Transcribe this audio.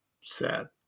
sad